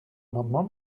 amendement